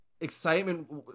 excitement